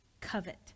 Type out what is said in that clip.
Covet